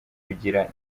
kugira